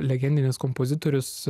legendinis kompozitorius